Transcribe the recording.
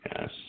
Yes